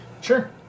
Sure